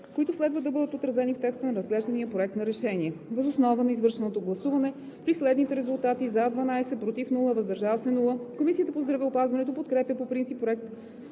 които следва да бъдат отразени в текста на разглеждания проект на решение. Въз основа на извършеното гласуване при следните резултати: „за“ 12, без „против“ и „въздържал се“, Комисията по здравеопазването подкрепя по принцип Проект